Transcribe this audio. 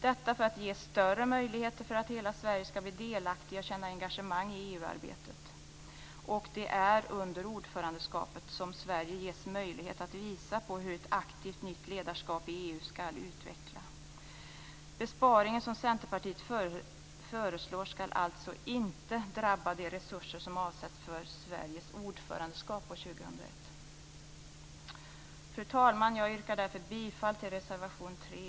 Detta för att ge större möjligheter för att hela Sverige skall bli delaktigt och känna engagemang i EU-arbetet. Det är under Sveriges tid som ordförandeland som Sverige ges möjlighet att visa på hur ett aktivt nytt ledarskap i EU skall utvecklas. Besparingen som Centerpartiet föreslår skall alltså inte drabba de resurser som avsätts för Fru talman! Jag yrkar därför bifall till reservation 3.